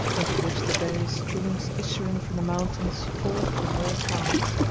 into which the various streams issuing from the mountains fall from all parts.